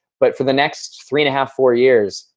but for the next three-and-a-half, four years,